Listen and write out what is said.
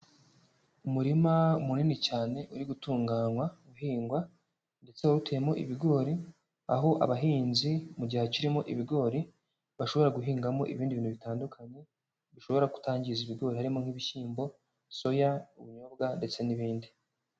Umurima munini cyane uri gutunganywa uhingwa ndetse utuyemo ibigori. Aho abahinzi mu gihe hakirimo ibigori bashobora guhingamo ibindi bintu bitandukanye bishobora kutangiza ibigori. Harimo nk'ibishyimbo, soya, ubunyobwa ndetse n'ibindi.